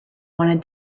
wanted